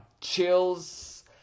Chills